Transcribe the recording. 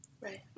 Right